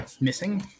missing